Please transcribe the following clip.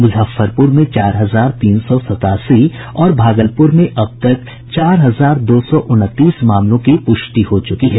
मुजफ्फरपुर में चार हजार तीन सौ सतासी और भागलपुर में अब तक चार हजार दो सौ उनतीस मामलों की प्रष्टि हो चुकी है